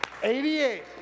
88